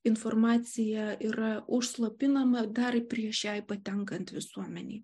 informacija yra užslopinama dar prieš jai patenkant visuomenei